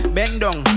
Bendong